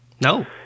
No